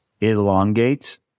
elongates